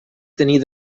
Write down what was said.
tenir